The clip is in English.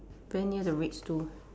very near the red stool